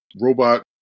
robot